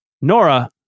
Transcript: Nora